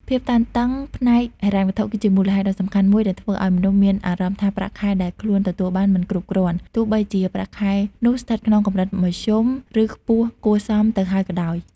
ភាពតានតឹងផ្នែកហិរញ្ញវត្ថុ គឺជាមូលហេតុដ៏សំខាន់មួយដែលធ្វើឲ្យមនុស្សមានអារម្មណ៍ថាប្រាក់ខែដែលខ្លួនទទួលបានមិនគ្រប់គ្រាន់ ទោះបីជាប្រាក់ខែនោះស្ថិតក្នុងកម្រិតមធ្យម ឬខ្ពស់គួរសមទៅហើយក៏ដោយ។